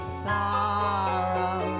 sorrow